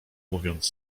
mówiąc